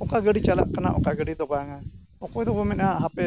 ᱚᱠᱟ ᱜᱟᱹᱰᱤ ᱪᱟᱞᱟᱜ ᱠᱟᱱᱟ ᱚᱠᱟ ᱜᱟᱹᱰᱤ ᱫᱚ ᱵᱟᱝᱟ ᱚᱠᱚᱭ ᱫᱚᱵᱚᱱ ᱢᱮᱱᱟ ᱦᱟᱯᱮ